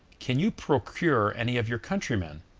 can you procure any of your countrymen?